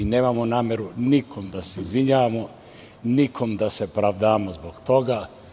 Nemamo nameru nikom da se izvinjavamo, nikome da se pravdamo zbog toga.